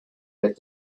with